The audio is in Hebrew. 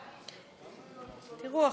תראו,